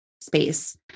space